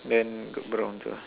then got brown also ah